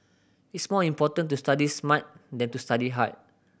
it's more important to study smart than to study hard